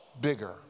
bigger